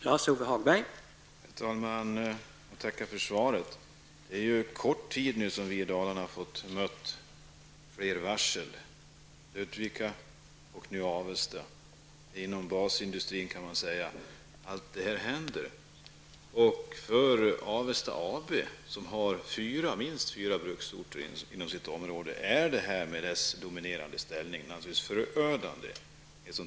Herr talman! Jag tackar för svaret. Det är ju under kort tid nu som vi i Dalarna har mött flera varsel. Man kan säga att allt detta händer inom basindustrierna i Ludvika och Avesta. Detta är naturligtvis förödande för Avesta AB med dess dominerande ställning på minst fyra bruksorter.